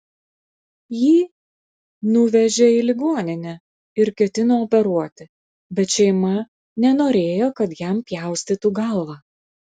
jį nuvežė į ligoninę ir ketino operuoti bet šeima nenorėjo kad jam pjaustytų galvą